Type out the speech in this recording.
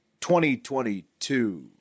2022